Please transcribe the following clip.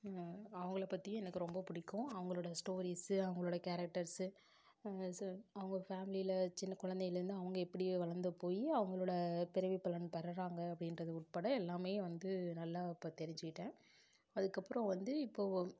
அவங்களை பற்றியும் எனக்கு ரொம்ப பிடிக்கும் அவங்களோட ஸ்டோரீஸ் அவங்களோட கேரெக்ட்டர்ஸ் அவங்க ஃபேம்லியில சின்ன குழந்தையில்ல இருந்து அவங்க எப்படி வளர்ந்து போய் அவங்களோட பிறவி பலன் பெறுகிறாங்க அப்படின்றது உட்பட எல்லாமே வந்து நல்லா இப்போ தெரிஞ்சிக்கிட்டேன் அதுக்கு அப்புறம் வந்து இப்போது